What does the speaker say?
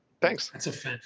Thanks